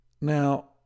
Now